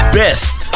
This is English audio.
best